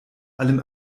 allem